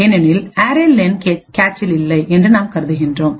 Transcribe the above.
ஏனெனில் அரே லென்array len கேச்சில் இல்லை என்று நாம் கருதுகிறோம்